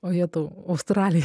o jetau australija